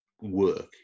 work